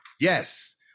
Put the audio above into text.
Yes